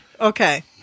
okay